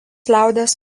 liaudies